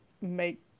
make